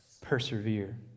persevere